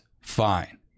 fine